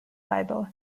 bible